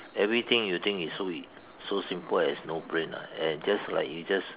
everything you think is so ea~ so simple as no brain ah eh just like you just